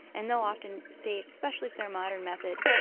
and they'll often say, especially if they're modern method,